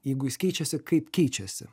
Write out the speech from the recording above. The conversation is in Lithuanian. jeigu jis keičiasi kaip keičiasi